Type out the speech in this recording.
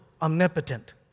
omnipotent